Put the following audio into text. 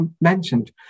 mentioned